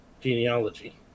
genealogy